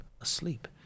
asleep